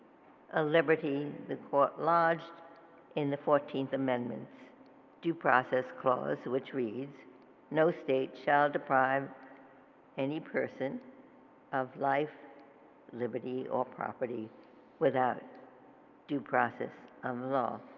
a liberty the court lodged in the fourteenth amendment due process clause, which reads no state shall deprive any person of life liberty or property without due process of law.